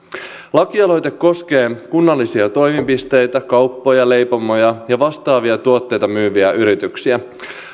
lakialoite koskee kunnallisia toimipisteitä kauppoja leipomoja ja vastaavia tuotteita myyviä yrityksiä